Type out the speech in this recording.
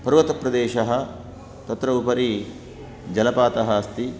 पर्वतप्रदेशः तत्र उपरि जलपातः अस्ति